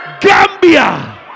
Gambia